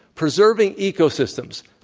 preserving ecosystems,